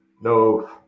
no